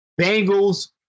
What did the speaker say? Bengals